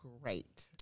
great